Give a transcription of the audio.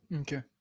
Okay